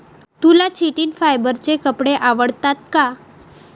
तुला चिटिन फायबरचे कपडे आवडतात का?